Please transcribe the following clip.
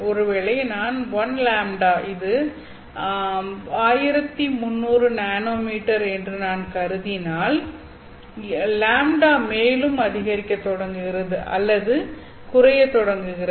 ஒருவேளை நான் 1λ இது 1300 நானோமீட்டர் என்று நான் கருதினால் λ மேலும் அதிகரிக்கத் தொடங்குகிறது அல்லது குறையத் தொடங்குகிறது